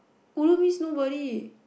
ulu means nobody